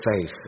faith